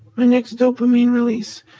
my next dopamine release.